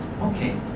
Okay